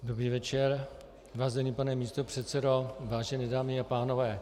Dobrý večer, vážený pane místopředsedo, vážené dámy a pánové.